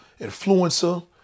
influencer